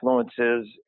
influences